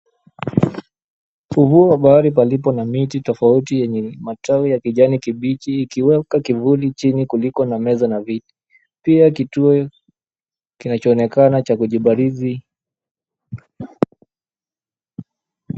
Ufuo wa bahari palipo na miti tofauti yenye matawi ya kijani kibichi ikiweka kivuli chini kuliko na meza na viti. Pia kituo kinachoonekana cha kujibarizi.